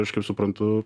aš kaip suprantu